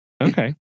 Okay